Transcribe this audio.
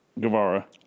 Guevara